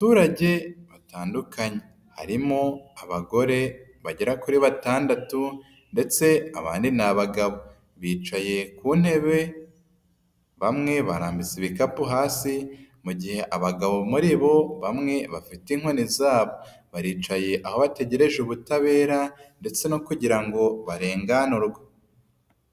Abaturage batandukanye, harimo abagore bagera kuri batandatu ndetse abandi n'abagabo. Bicaye ku ntebe bamwe barambitse ibikapu hasi, mu gihe abagabo muri bo bamwe bafite inkoni zabo. Baricaye aho bategereje ubutabera ndetse no kugira ngo barenganurwe.